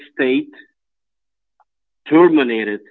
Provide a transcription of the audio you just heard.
state terminated